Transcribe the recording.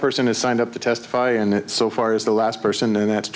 person has signed up to testify in so far as the last person and that's